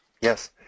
Yes